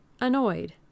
annoyed